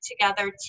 together